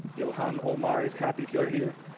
ilhan omar is happy. if you're here,